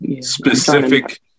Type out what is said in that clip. specific